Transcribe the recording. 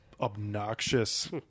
obnoxious